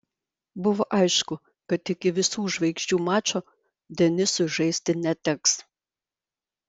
buvo aišku kad iki visų žvaigždžių mačo denisui žaisti neteks